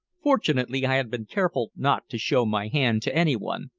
fortunately i had been careful not to show my hand to anyone,